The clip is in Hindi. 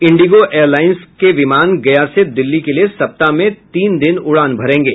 इंडिगो एयरलाइंस के विमान गया से दिल्ली के लिये सप्ताह में तीन दिने उड़ान भरेंगे